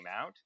out